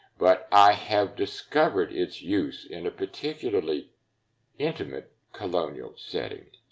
but i have discovered its use in a particularly intimate colonial setting.